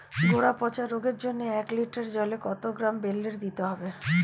গোড়া পচা রোগের জন্য এক লিটার জলে কত গ্রাম বেল্লের দিতে হবে?